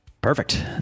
Perfect